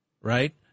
right